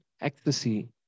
ecstasy